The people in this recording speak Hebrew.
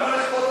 למה, אנחנו,